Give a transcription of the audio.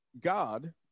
god